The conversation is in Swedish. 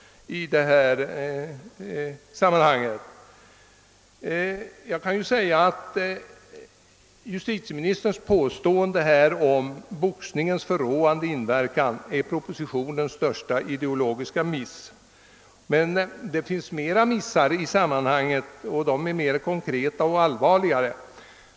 Justitieministerns påstående om boxningens förråande inverkan är propositionens största ideologiska miss. Men det finns flera missar i sammanhanget och de är mera konkreta och allvarliga.